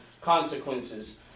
consequences